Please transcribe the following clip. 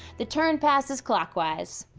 the turn passes clockwise.